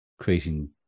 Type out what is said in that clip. creating